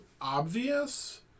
obvious